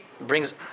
brings